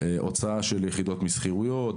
הוצאה של יחידות משכירויות,